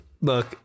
Look